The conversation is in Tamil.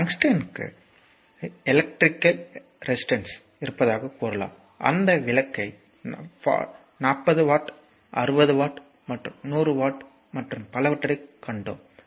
டங்ஸ்டனுக்கு எலக்ட்ரிகல் ரெசிஸ்டன்ஸ் இருப்பதாக கூறலாம் அந்த விளக்கை 40 வாட் 60 வாட் மற்றும் 100 வாட் மற்றும் பலவற்றைக் கண்டோம்